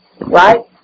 right